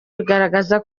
bigaragaza